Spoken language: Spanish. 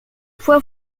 fue